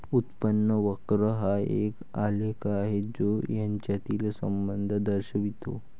उत्पन्न वक्र हा एक आलेख आहे जो यांच्यातील संबंध दर्शवितो